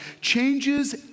changes